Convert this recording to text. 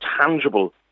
tangible